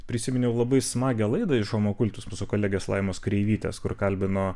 prisiminiau labai smagią lai iš homo cultus mūsų kolegės laimos kreivytės kur kalbino